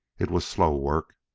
it was slow work.